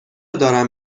دارم